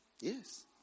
Yes